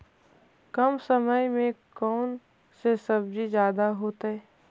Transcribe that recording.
कम समय में कौन से सब्जी ज्यादा होतेई?